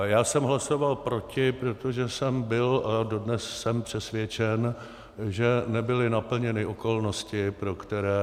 Já jsem hlasoval proti, protože jsem byl a dodnes jsem přesvědčen, že nebyly naplněny okolnosti, pro které